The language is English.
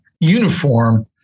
uniform